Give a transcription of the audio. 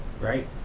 right